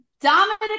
Dominic